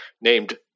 named